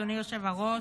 אדוני היושב-ראש,